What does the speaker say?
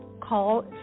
Call